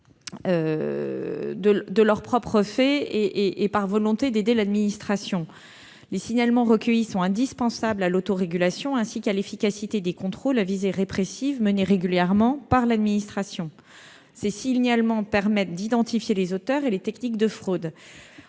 de leur propre initiative, par volonté d'aider l'administration. Les signalements recueillis sont indispensables à l'autorégulation ainsi qu'à l'efficacité des contrôles à visée répressive menés régulièrement par l'administration. Ils permettent d'identifier les auteurs et les techniques de fraude.